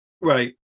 right